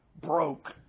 Broke